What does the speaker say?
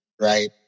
right